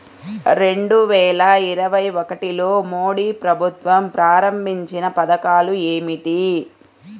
రెండు వేల ఇరవై ఒకటిలో మోడీ ప్రభుత్వం ప్రారంభించిన పథకాలు ఏమిటీ?